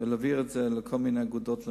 ולהעביר את זה לכל מיני אגודות.